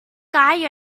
guy